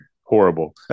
horrible